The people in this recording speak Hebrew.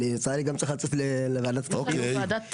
אני גם צריך לצאת לוועדת כספים.